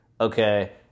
okay